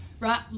Right